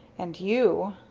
and you!